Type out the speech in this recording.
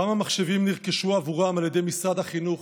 עבורם על ידי משרד החינוך?